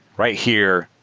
right here,